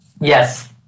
Yes